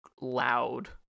loud